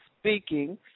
Speaking